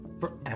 forever